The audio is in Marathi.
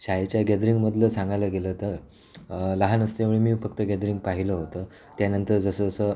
शाळेच्या गॅदरिंगमधलं सांगायला गेलं तर लहान असतेवेळी मी फक्त गॅदरिंग पाहिलं होतं त्यानंतर जसंजसं